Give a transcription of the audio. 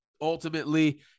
ultimately